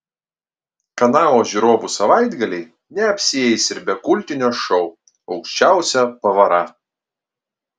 kanalo žiūrovų savaitgaliai neapsieis ir be kultinio šou aukščiausia pavara